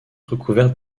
recouverte